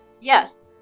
Yes